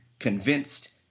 convinced